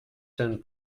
saint